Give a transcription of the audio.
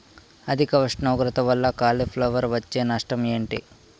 అధిక ఉష్ణోగ్రత వల్ల కాలీఫ్లవర్ వచ్చే నష్టం ఏంటి?